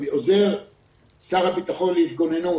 מעוזר שר הביטחון להתגוננות,